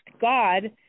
god